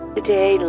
Today